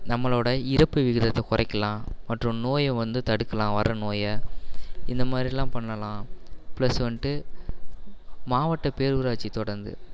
நம்மளோட இறப்பு விகிதத்தை குறைக்கலாம் மற்றும் நோயை வந்து தடுக்கலாம் வர நோயை இந்த மாதிரிலாம் பண்ணலாம் ப்ளஸ் வந்துட்டு மாவட்ட பேரூராட்சி தொடர்ந்து